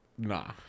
Nah